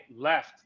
left